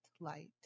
light